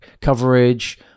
coverage